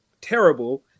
terrible